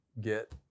get